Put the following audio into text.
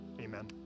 Amen